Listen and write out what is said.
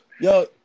Yo